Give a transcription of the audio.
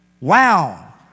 Wow